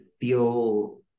feel